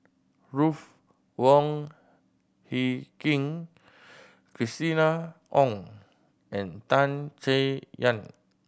Ruth Wong Hie King Christina Ong and Tan Chay Yan